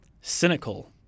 cynical